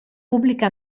pubblica